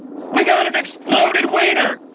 we got an exploded wiener.